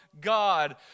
God